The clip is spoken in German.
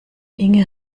inge